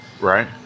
right